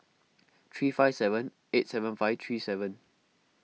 three five seven eight seven five three seven